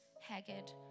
haggard